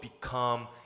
become